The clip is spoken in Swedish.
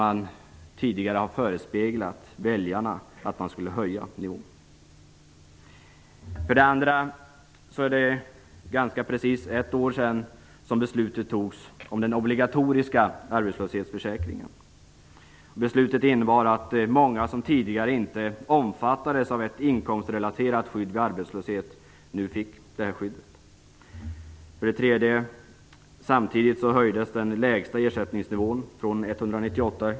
Men tidigare förespeglade man väljarna att man skulle höja nivån. 2. Det är ganska precis ett år sedan beslutet om den obligatoriska arbetslöshetsförsäkringen fattades. Beslutet innebar att många som tidigare inte omfattades av ett inkomstrelaterat skydd vid arbetslöshet nu fick det här skyddet.